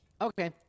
Okay